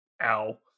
Ow